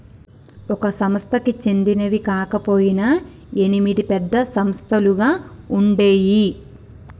ఒక సంస్థకి చెందినవి కాకపొయినా ఎనిమిది పెద్ద సంస్థలుగా ఉండేయ్యి